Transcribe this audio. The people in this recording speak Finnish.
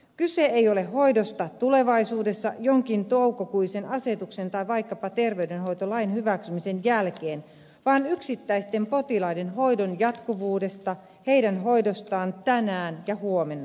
kyse ei ole hoidosta tulevaisuudessa jonkin toukokuisen asetuksen tai vaikkapa terveydenhoitolain hyväksymisen jälkeen vaan yksittäisten potilaiden hoidon jatkuvuudesta heidän hoidostaan tänään ja huomenna